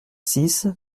six